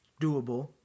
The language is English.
doable